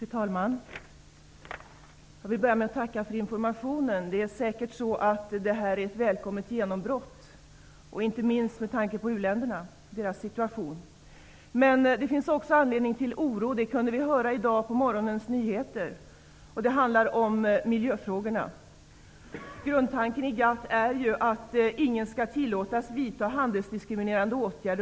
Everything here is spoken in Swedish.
Fru talman! Jag vill börja med att tacka för informationen. Detta är säkert ett välkommet genombrott, inte minst med tanke på uländernas situation. Det finns också anledning till oro. Det kunde vi höra i dag på morgonens nyheter. Det handlar om miljöfrågorna. Grundtanken i GATT är ju att ingen skall tillåtas att vidta handelsdiskriminerande åtgärder.